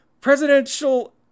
Presidential